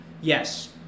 Yes